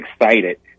excited